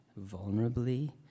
vulnerably